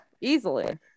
easily